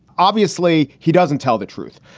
obviously, he doesn't tell the truth,